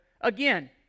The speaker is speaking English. again